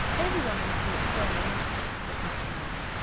every one must be experimental, said mr. manning,